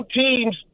teams